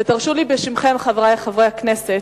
ותרשו לי בשמכם, חברי חברי הכנסת,